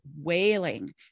wailing